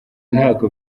ntabwo